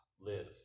live